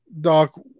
Doc